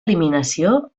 eliminació